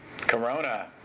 Corona